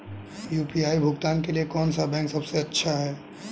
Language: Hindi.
यू.पी.आई भुगतान के लिए कौन सा बैंक सबसे अच्छा है?